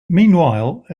meanwhile